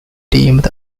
deemed